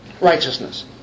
righteousness